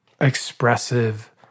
expressive